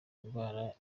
indwara